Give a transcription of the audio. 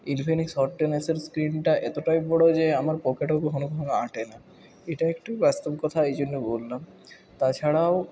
Infinix Hot ten এসের স্ক্রিনটা এতটাই বড় যে আমার পকেটেও কখনো কখনো আঁটে না এটা একটু বাস্তবিকতা এই জন্য বললাম তা ছাড়াও